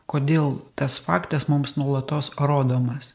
kodėl tas faktas mums nuolatos rodomas